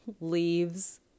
leaves